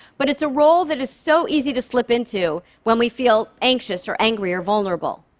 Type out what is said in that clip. but it's a role that is so easy to slip into when we feel anxious or angry or vulnerable.